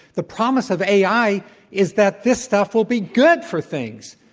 the promise of ai is that this stuff will be good for things,